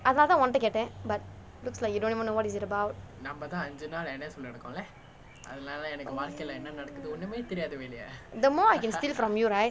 I'd rather want to get that but looks like you don't even know what is it about the more I can steal from you right